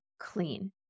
clean